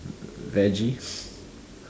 veggies